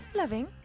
loving